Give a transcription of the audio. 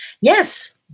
Yes